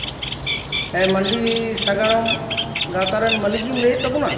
ᱦᱮᱸ ᱢᱟᱱᱰᱤ ᱥᱟᱜᱟᱲᱚᱢ ᱜᱟᱶᱛᱟ ᱨᱮᱱ ᱢᱟᱹᱞᱤᱠ ᱜᱮᱢ ᱞᱟᱹᱭᱮᱫ ᱛᱟᱵᱚᱱᱟ